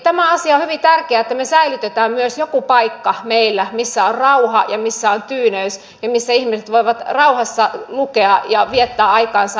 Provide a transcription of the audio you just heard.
tämä asia on hyvin tärkeä että me säilytämme myös jonkun paikan meillä missä on rauha ja missä on tyyneys ja missä ihmiset voivat rauhassa lukea ja viettää aikaansa